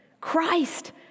Christ